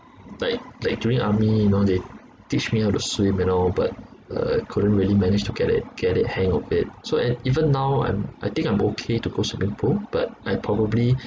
like like during army you know they teach me how to swim and all but I couldn't really manage to get it get the hang of it so and even now I'm I think I'm okay to go swimming pool but I probably